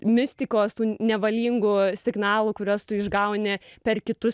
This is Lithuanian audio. mistikos tų nevalingų signalų kuriuos tu išgauni per kitus